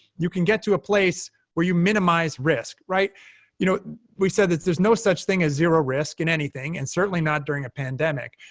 you can get to a place where you minimize risk. you know we said that there's no such thing as zero risk in anything, and certainly not during a pandemic,